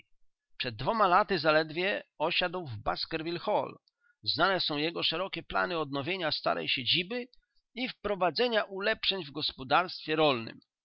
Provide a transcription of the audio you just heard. przed dwoma laty zaledwie osiadł w baskerville hall znane są jego szerokie plany odnowienia starej siedziby i wprowadzenia ulepszeń w gospodarstwie rolnem